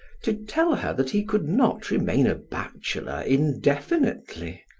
to tell her that he could not remain a bachelor indefinitely,